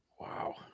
Wow